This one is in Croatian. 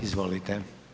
Izvolite.